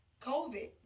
COVID